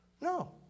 No